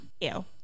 Ew